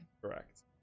Correct